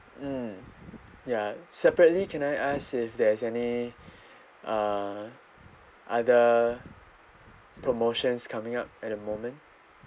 mm ya separately can I ask if there is any uh other promotions coming up at the moment